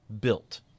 built